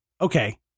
okay